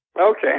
Okay